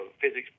physics